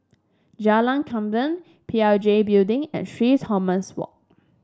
Jalan P L G Building and Thomas Walk